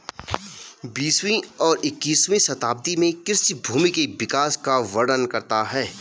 बीसवीं और इक्कीसवीं शताब्दी में कृषि भूमि के विकास का वर्णन करता है